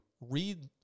read